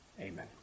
Amen